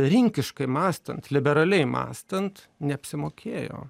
rinkiškai mąstant liberaliai mąstant neapsimokėjo